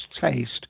taste